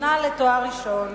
הראשונה לתואר ראשון